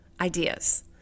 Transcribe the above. Ideas